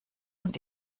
und